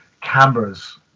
cameras